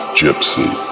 gypsy